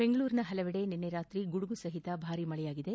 ಬೆಂಗಳೂರಿನ ಹಲವೆಡೆ ನಿನ್ನೆ ರಾತ್ರಿ ಗುಡುಗು ಸಹಿತ ಭಾರಿ ಮಳೆಯಾಗಿದೆ